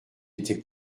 était